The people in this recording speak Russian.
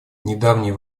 недавние